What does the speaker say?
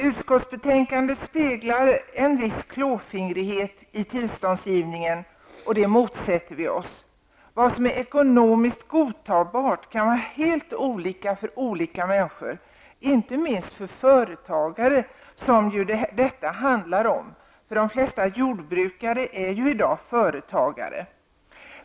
Utskottsbetänkandet speglar en viss klåfingrighet i tillståndsgivningen, och det motsätter vi oss. Vad som är ekonomiskt godtagbart kan vara helt olika för olika människor, inte minst för företagare som det handlar om i detta sammanhang. De flesta jordbrukare är ju numera företagare.